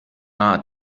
nahe